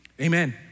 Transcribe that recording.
Amen